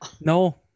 No